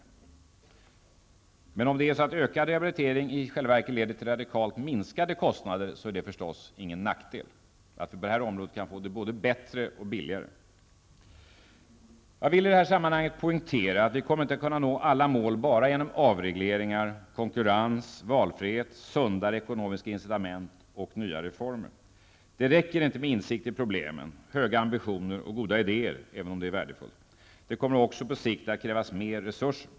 Är det emellertid så, att en ökad rehabilitering i själva verket leder till radikalt minskade kostnader, är det förstås ingen nackdel att på det här området få det både bättre och billigare. Jag vill i det här sammanhanget poängtera att vi inte kommer att kunna nå alla mål bara genom avregleringar, konkurrens, valfrihet, sundare ekonomiska incitament och nya reformer. Det räcker inte med insikter i problemen, höga ambitioner och goda idéer, även om det är värdefullt. Här kommer också på sikt att krävas mer resurser.